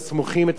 את השיירות.